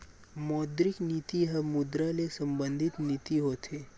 मौद्रिक नीति ह मुद्रा ले संबंधित नीति होथे